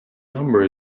number